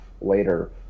Later